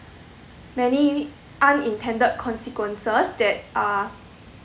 many unintended consequences that are